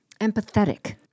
empathetic